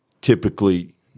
typically